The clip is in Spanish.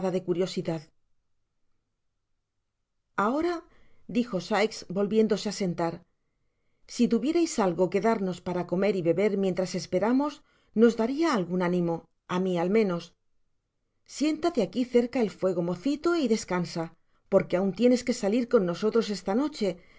de curiosidad ahora dijo sikes volviéndose á sentar si tuvierais algo que darnos para comer y beber mientras esperamos nos daria algun ánimo á mi al menos siéntate aqui cerca el fuego mocito y descansa porque aun tienes que salir con nosotros esta noche si